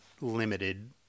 limited